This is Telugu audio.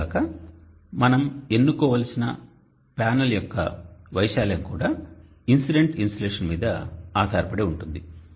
అంతేగాక మనం ఎన్నుకోవలసిన ప్యానెల్ యొక్క వైశాల్యం కూడా ఇన్సిడెంట్ ఇన్సోలేషన్ మీద ఆధారపడి ఉంటుంది